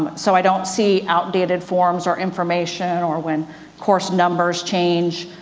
um so i don't see outdated forms or information or when course numbers change,